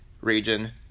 region